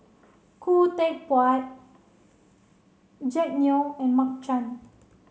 Khoo Teck Puat Jack Neo and Mark Chan